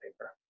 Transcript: paper